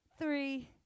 three